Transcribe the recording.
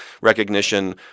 recognition